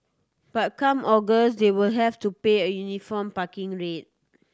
but come August they will all have to pay a uniform parking rate